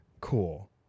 cool